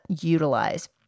utilize